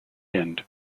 end